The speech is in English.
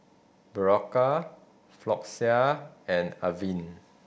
Berocca Floxia and Avene